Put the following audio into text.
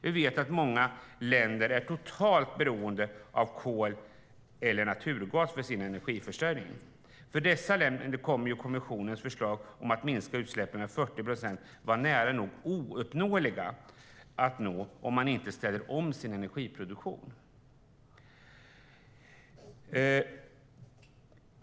Vi vet att många länder är totalt beroende av kol eller naturgas för sin energiförsörjning. För dessa länder kommer kommissionens förslag om att minska utsläppen med 40 procent att vara nära nog ouppnåeligt om de inte ställer om sin energiproduktion.